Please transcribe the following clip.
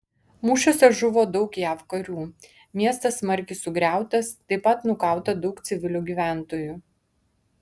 mūšiuose žuvo daug jav karių miestas smarkiai sugriautas taip pat nukauta daug civilių gyventojų